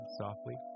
softly